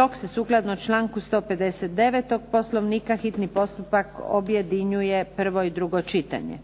Dok se sukladno članku 159. Poslovnika hitni postupak objedinjuje prvo i drugo čitanje.